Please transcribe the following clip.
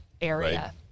area